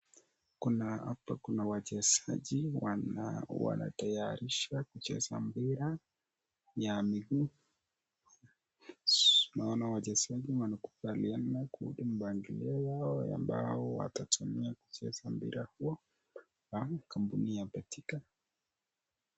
Kuna hapa kuna wachezaji wanatayarisha kucheza mpira ya miguu. Tunaona wachezaji wanakubaliana kundi mbalimbali yao ambayo watatumia kucheza mpira huyo ya kampuni ya betika.